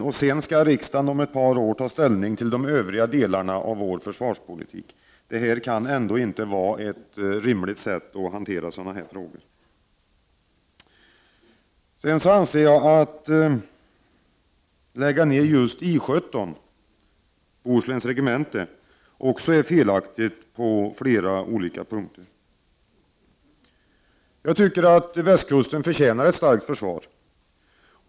Om ett par år skall riksdagen sedan ta ställning till de övriga delarna av vår försvarspolitik. Det kan ändå inte vara något rimligt sätt att hantera så här viktiga frågor. Sedan anser jag att det på flera olika grunder är felaktigt att lägga ned just 117, Bohusläns regemente. Jag tycker att västkusten förtjänar ett starkt försvar.